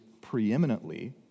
preeminently